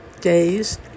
days